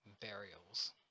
burials